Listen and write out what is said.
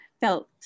felt